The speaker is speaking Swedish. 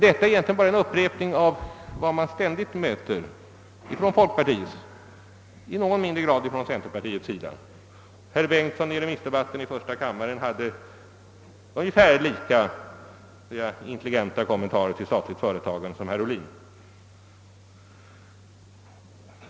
Detta är egentligen bara en upprepning av vad man ständigt möter från folkpartiets och i någon mindre grad från centerpartiets sida. Herr Bengtson hade under remissdebatten i första kammaren ungefär lika intelligenta kommentarer till det statliga företagandet som herr Ohlin.